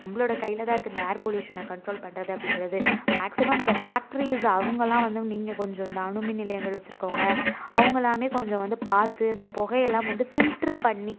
நம்பளோடய கையில் தான் இருக்குது இந்த ஏர் பொல்யூஷனை கண்ட்ரோல் பண்றது அப்படிங்கிறது மேக்சிமம் இந்த ஃபேக்ட்ரீஸ் அவங்களாம் வந்து நீங்கள் கொஞ்சம் இந்த அணுமின் நிலையங்கள் வச்சுருக்கவங்க அவங்களாமே கொஞ்சம் வந்து பார்த்து இந்த புகையெல்லாம் வந்து ஃபில்டரு பண்ணி